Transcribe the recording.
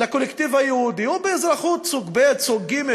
לקולקטיב היהודי, הוא באזרחות סוג ב', סוג ג'.